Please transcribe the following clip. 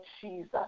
Jesus